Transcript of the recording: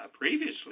previously